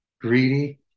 greedy